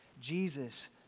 Jesus